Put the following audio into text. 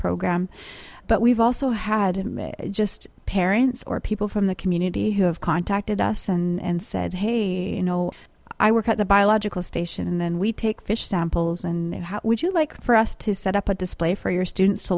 program but we've also had just parents or people from the community who have contacted us and said hey you know i work at the biological station and then we take fish samples and how would you like for us to set up a display for your students to